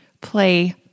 Play